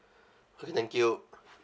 okay thank you